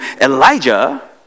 Elijah